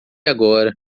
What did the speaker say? agora